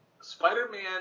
Spider-Man